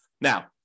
Now